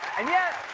and yet